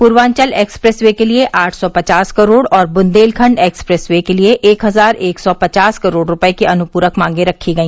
Purvanchal expressway के लिये आठ सौ पचास करोड़ और बुन्देलखंड एक्सप्रेस वे के लिये एक हजार एक सौ पचास करोड़ रूपये की अनुप्रक मांगे रखी गई